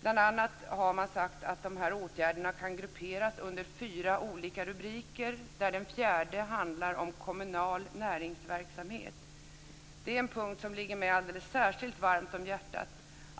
Bl.a. har man sagt att åtgärderna kan grupperas under fyra olika rubriker, där den fjärde handlar om kommunal näringsverksamhet. Det är en punkt som ligger mig alldeles särskilt varmt om hjärtat.